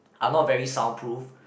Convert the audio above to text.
are not very soundproof